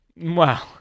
Wow